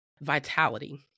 vitality